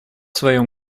своем